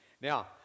Now